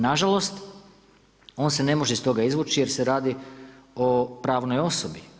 Na žalost on se ne može iz toga izvući jer se radi o pravnoj osobi.